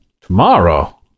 Tomorrow